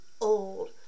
old